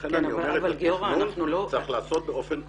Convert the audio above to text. לכן אני אומר שתכנון צריך לעשות באופן רציונלי.